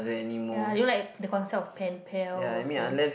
ya you know like the concept of pen pals you know